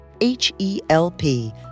H-E-L-P